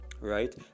right